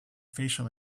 facial